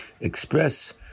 express